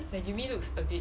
magumee looks a bit